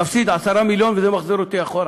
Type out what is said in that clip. מפסיד 10 מיליון, וזה מחזיר אותי אחורה.